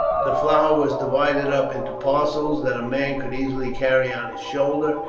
the flour was divided up into parcels that a man could easily carry on his shoulder,